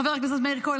חבר הכנסת מאיר כהן,